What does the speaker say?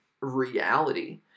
reality